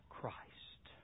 Christ